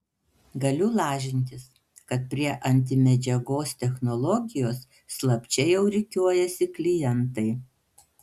galiu lažintis kad prie antimedžiagos technologijos slapčia jau rikiuojasi klientai